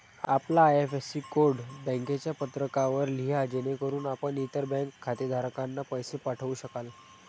आपला IFSC code बँकेच्या पत्रकावर लिहा जेणेकरून आपण इतर बँक खातेधारकांना पैसे पाठवू शकाल